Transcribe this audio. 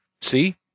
See